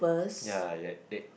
ya like it